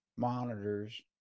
monitors